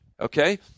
okay